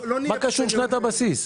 מה קשור שנת הבסיס?